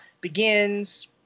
begins